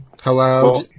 Hello